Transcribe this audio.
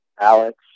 alex